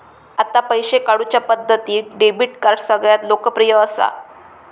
आता पैशे काढुच्या पद्धतींत डेबीट कार्ड सगळ्यांत लोकप्रिय असा